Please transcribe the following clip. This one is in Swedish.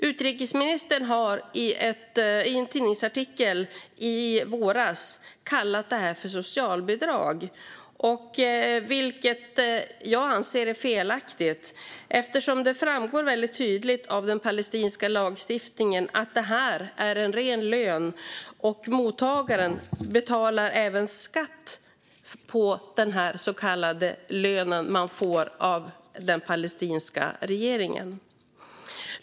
Utrikesministern har i en tidningsartikel i våras kallat detta för socialbidrag, vilket jag anser är felaktigt. Det framgår nämligen väldigt tydligt av den palestinska lagstiftningen att detta är en ren lön, och mottagaren betalar även skatt på denna så kallade lön som man får av den palestinska regeringen.